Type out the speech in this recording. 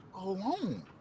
alone